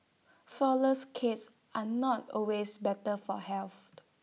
Flourless Cakes are not always better for health